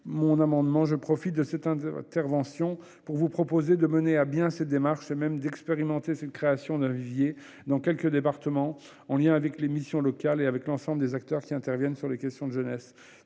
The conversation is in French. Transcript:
mon amendement, je profite de cette intervention pour vous proposer de mener à bien cette démarche, ou du moins d'expérimenter cette création d'un vivier dans quelques départements, en lien avec les missions locales et avec l'ensemble des acteurs qui interviennent sur les questions de jeunesse.